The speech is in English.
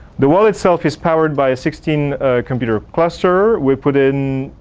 the wall itself is powered by sixteen computer cluster. we put in,